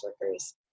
workers